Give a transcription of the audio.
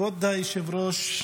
כבוד היושב-ראש,